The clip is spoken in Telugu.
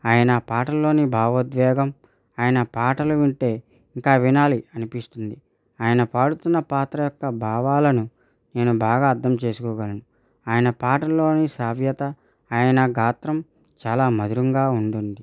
ఆయన పాటల్లోని భావోద్వేగం ఆయన పాటలు వింటే ఇంకా వినాలి అనిపిస్తుంది ఆయన పాడుతున్న పాత్ర యొక్క భావాలను నేను బాగా అర్థం చేసుకోగలను ఆయన పాటల్లోని శ్రావ్యత ఆయన గాత్రం చాలా మధురంగా ఉంటుంది